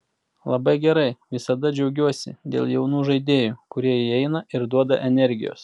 labai gerai visada džiaugiuosi dėl jaunų žaidėjų kurie įeina ir duoda energijos